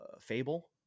Fable